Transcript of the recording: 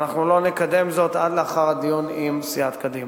ואנחנו לא נקדם אותה עד לאחר הדיון עם סיעת קדימה.